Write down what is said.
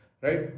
right